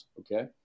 okay